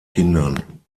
kindern